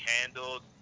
handled